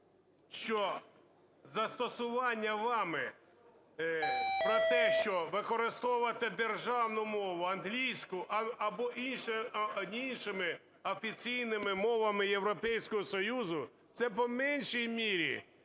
що застосування вами про те, що використовувати державну мову, англійську або іншими офіційними мовами Європейського Союзу – це по меншій мірі